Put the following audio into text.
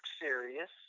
serious